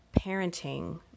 parenting